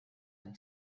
then